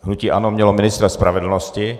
Hnutí ANO mělo ministra spravedlnosti.